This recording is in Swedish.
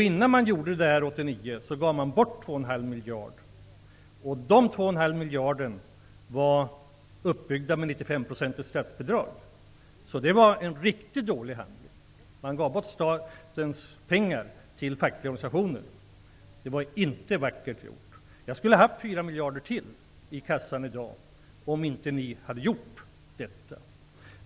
Innan man år 1989 gjorde detta gav man bort 2,5 miljarder, som var uppbyggda med 95 % i statsbidrag. Det var alltså en riktigt dålig handling. Man gav bort statens pengar till fackliga organisationer. Det var inte vackert gjort. Jag skulle ha haft 4 miljarder till i kassan i dag, om ni inte hade gjort detta.